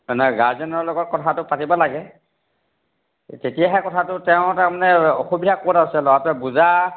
নাই গাৰ্জেনৰ লগত কথাটো পাতিব লাগে তেতিয়াহে তেওঁ তাৰমানে কথাটো অসুবিধা ক'ত আছে ল'ৰাটোৱে বুজা